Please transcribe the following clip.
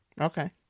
Okay